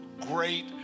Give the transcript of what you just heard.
great